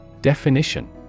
Definition